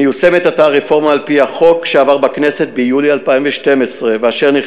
מיושמת עתה הרפורמה על-פי החוק שעבר בכנסת ביולי 2012 ונכנס